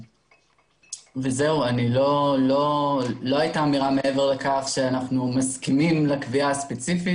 מעבר לכך לא הייתה אמירה שאנחנו מסכימים לקביעה הספציפית.